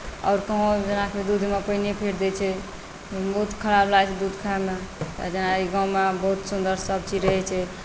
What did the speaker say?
आओर जेनाकि दूधमे पानिए फेँट दैत छै बहुत खराब लागैत छै दूध खाएमे तऽ जेना एहि गाँवमे बहुत सुन्दर सभचीज रहैत छै